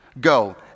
go